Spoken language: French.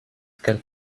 qu’elles